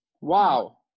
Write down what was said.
Wow